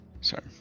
Sorry